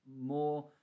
more